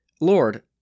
Lord